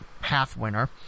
half-winner